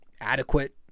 adequate